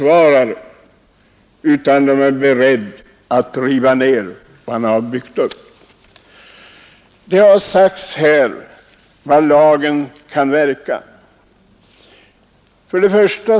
I stället är de beredda att riva ned vad som har byggts upp. Det har sagts hur ett upphävande av affärstidsregleringen kommer att verka.